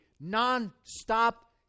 non-stop